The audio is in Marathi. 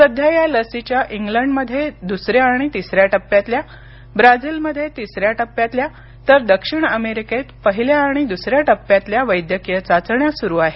सध्या या लसीच्या इंग्लंडमध्ये दुसऱ्या आणि तिसर्या टप्प्यातल्या ब्राझीलमध्ये तिसऱ्या टप्प्यातल्या तर दक्षिण अमेरिकेत पहिल्या आणि दुसऱ्या टप्प्यातल्या वैद्यकीय चाचण्या सुरु आहेत